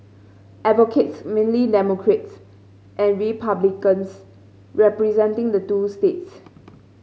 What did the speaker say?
advocates mainly Democrats and Republicans representing the two states